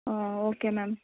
ಹ್ಞೂ okay ma'am